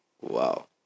Wow